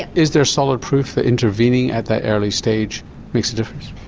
is there solid proof that intervening at that early stage makes a difference?